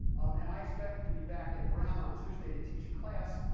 and i expected to be back at brown on tuesday to teach a class.